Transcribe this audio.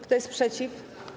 Kto jest przeciw?